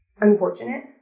unfortunate